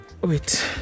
wait